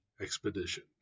Expedition